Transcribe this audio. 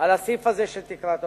על הסעיף הזה של תקרת ההוצאה.